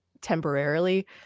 temporarily